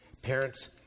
Parents